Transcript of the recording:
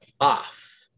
off